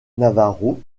navarro